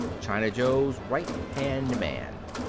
china joe's right hand man.